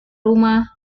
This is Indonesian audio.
rumah